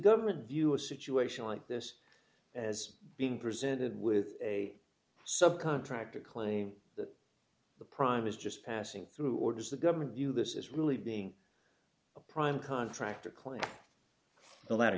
government view a situation like this as being presented with a subcontractor claim that the prime is just passing through or does the government view this as really being a prime contractor claim the latter